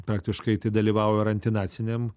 praktiškai tai dalyvavo ir antinaciniam